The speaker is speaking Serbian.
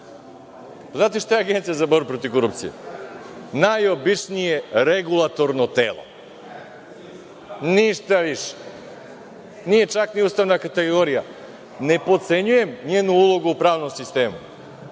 dalje. Agencija za borbu protiv korupcije, znate šta je? Najobičnije regulatorno telo, ništa više. Nije čak ni ustavna kategorija. Ne potcenjujem njenu ulogu u pravnom sistemu,